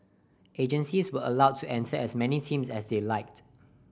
agencies were allowed to enter as many teams as they liked